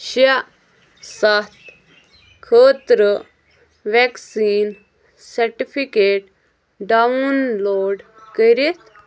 شےٚ سَتھ خٲطرٕ وٮ۪کسیٖن سَرٹیفِکیٹ ڈاوُن لوڈ کٔرِتھ